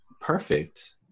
perfect